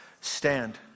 Stand